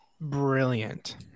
brilliant